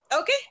Okay